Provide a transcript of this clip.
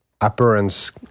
appearance